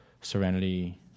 Serenity